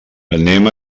anem